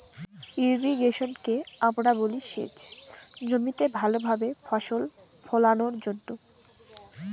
ইর্রিগেশনকে আমরা বলি সেচ জমিতে ভালো ভাবে ফসল ফোলানোর জন্য